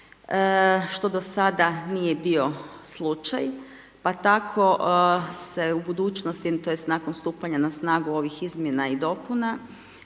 što do sada nije bio slučaj. Pa tako se u budućnosti, tj. nakon stupanja na snagu ovih izmjena i dopuna